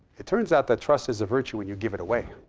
it turns out that trust is a virtue when you give it away,